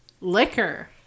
liquor